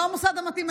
לא המוסד המתאים.